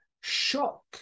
shock